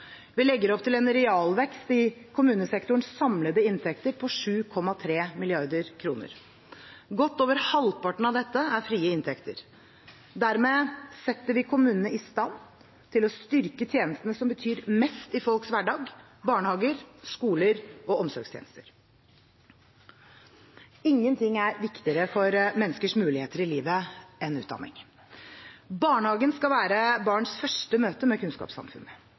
Vi legger opp til en realvekst i kommunesektorens samlede inntekter på 7,3 mrd. kr. Godt over halvparten av dette er frie inntekter. Dermed setter vi kommunene i stand til å styrke tjenestene som betyr mest i folks hverdag – barnehager, skoler og omsorgstjenester. Ingenting er viktigere for menneskers muligheter i livet enn utdanning. Barnehagen skal være barns første møte med kunnskapssamfunnet.